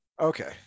Okay